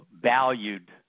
valued